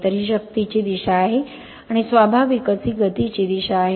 तर ही शक्तीची दिशा आहे आणि स्वाभाविकच ही गतीची दिशा आहे